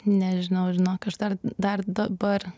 nežinau žinok aš dar dar dabar